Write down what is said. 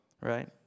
Right